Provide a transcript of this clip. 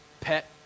pet